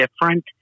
different